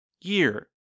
year